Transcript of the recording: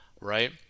right